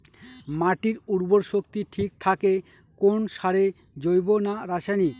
মাটির উর্বর শক্তি ঠিক থাকে কোন সারে জৈব না রাসায়নিক?